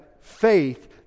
Faith